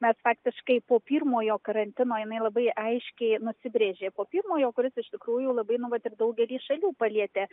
nes faktiškai po pirmojo karantino jinai labai aiškiai nusibrėžė po pirmojo kuris iš tikrųjų labai nu vat ir daugelį šalių palietė